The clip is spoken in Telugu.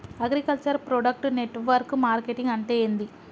అగ్రికల్చర్ ప్రొడక్ట్ నెట్వర్క్ మార్కెటింగ్ అంటే ఏంది?